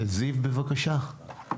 זיו, בבקשה.